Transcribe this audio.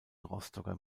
rostocker